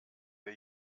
wir